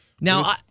Now